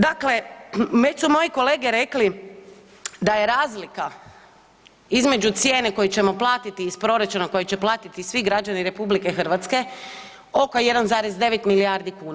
Dakle, već su moji kolege rekli da je razlika između cijene koju ćemo platiti iz proračuna, koju će platiti svi građani RH oko 1,9 milijardi kuna.